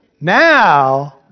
Now